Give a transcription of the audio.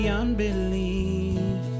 unbelief